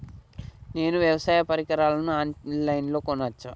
నేను వ్యవసాయ పరికరాలను ఆన్ లైన్ లో కొనచ్చా?